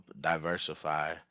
diversify